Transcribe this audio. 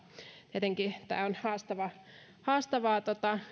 jotenkin tämä on haastavaa